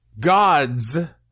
God's